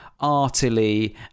artily